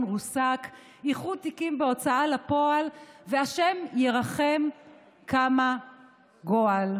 רוסק / איחוד תיקים בהוצאה לפועל / והשם ירחם כמה גועל.